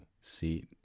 See